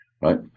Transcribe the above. Right